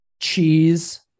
cheese